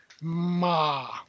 Ma